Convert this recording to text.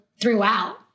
throughout